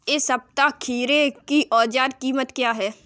इस सप्ताह खीरे की औसत कीमत क्या है?